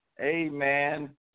Amen